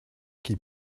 qui